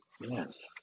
Yes